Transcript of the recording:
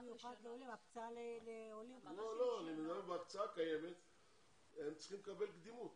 הם צריכים לקבל קדימות